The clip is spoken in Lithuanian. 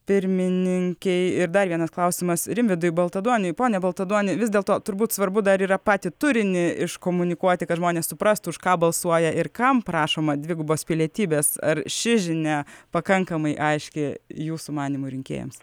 pirmininkei ir dar vienas klausimas rimvydui baltaduoniui ponia baltaduonį vis dėlto turbūt svarbu dar yra patį turinį iškomunikuoti kad žmonės suprastų už ką balsuoja ir kam prašomą dvigubos pilietybės ar ši žinia pakankamai aiški jūsų manymu rinkėjams